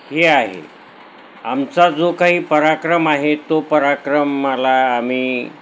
हे आहे आमचा जो काही पराक्रम आहे तो पराक्रमाला आम्ही